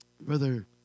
Brother